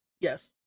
Yes